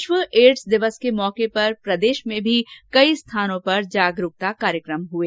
विश्व एड्स दिवस के मौके पर प्रदेश में भी कई स्थानों पर जागरूकता कार्यक्रम हुए